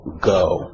go